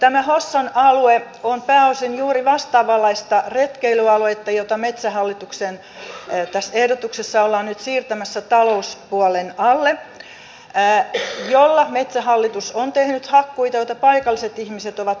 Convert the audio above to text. tämä hossan alue on pääosin juuri vastaavanlaista retkeilyaluetta jota metsähallituksen tässä ehdotuksessa ollaan nyt siirtämässä talouspuolen alle jolla metsähallitus on tehnyt hakkuita joita paikalliset ihmiset ovat vastustaneet